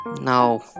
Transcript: No